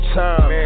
time